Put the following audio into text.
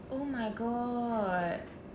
oh my god